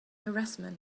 harassment